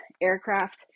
aircraft